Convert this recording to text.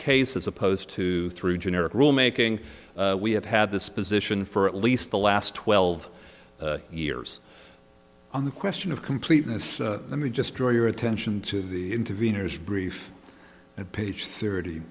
case as opposed to through generic rulemaking we have had this position for at least the last twelve years on the question of completeness let me just draw your attention to the intervenors brief at page thirty